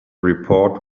report